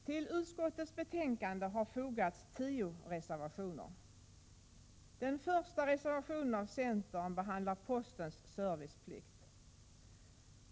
Till utskottets betänkande har fogats tio reservationer. Den första reservationen av centern behandlar postens serviceplikt.